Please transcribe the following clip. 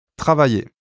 Travailler